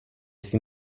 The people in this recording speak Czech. jsi